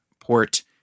port